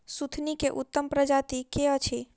सुथनी केँ उत्तम प्रजाति केँ अछि?